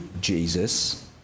Jesus